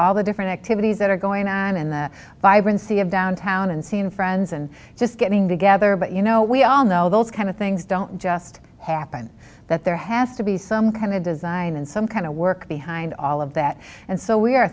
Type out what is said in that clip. all the different activities that are going on in the vibrancy of downtown and seeing friends and just getting together but you know we all know those kind of things don't just happen that there has to be some kind of design and some kind of work behind all of that and so we are